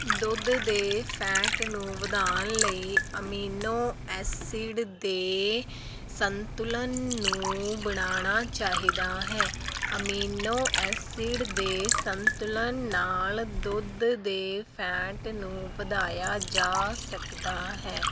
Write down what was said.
ਦੁੱਧ ਦੇ ਫੈਟ ਨੂੰ ਵਧਾਉਣ ਲਈ ਅਮੀਨੋ ਐਸੀਡ ਦੇ ਸੰਤੁਲਨ ਨੂੰ ਬਣਾਉਣਾ ਚਾਹੀਦਾ ਹੈ ਅਮੀਨੋ ਐਸੀਡ ਦੇ ਸੰਤੁਲਨ ਨਾਲ ਦੁੱਧ ਦੇ ਫੈਂਟ ਨੂੰ ਵਧਾਇਆ ਜਾ ਸਕਦਾ ਹੈ